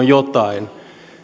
jotain